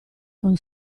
con